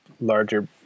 larger